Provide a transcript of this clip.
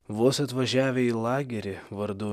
vos atvažiavę į lagerį vardu